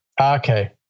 Okay